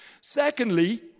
Secondly